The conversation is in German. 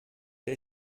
die